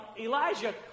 Elijah